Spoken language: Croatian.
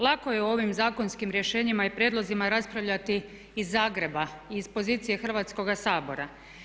Lako je o ovim zakonskim rješenjima i prijedlozima raspravljati iz Zagreba i iz pozicije Hrvatskoga sabora.